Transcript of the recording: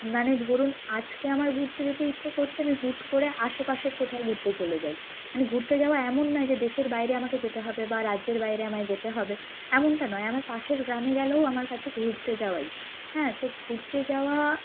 মানে ধরুন আজকে আমার ঘুরতে যেতে ইচ্ছে করছে আমি হুট করে আশেপাশের কোথাও ঘুরতে চলে যাই মানে ঘুরতে যাওয়া এমন নয় যে দেশের বাইরে আমাকে যেতে হবে বা রাজ্যের বাইরে আমায় যেতে হবে এমনটা নয় আমার পাশের গ্রামে গেলেও আমার কাছে ঘুরতে যাওয়াই হ্যাঁ তো ঘুরতে যাওয়া